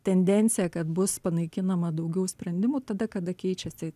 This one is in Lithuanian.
tendencija kad bus panaikinama daugiau sprendimų tada kada keičiasi